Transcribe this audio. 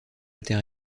alter